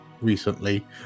recently